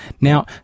Now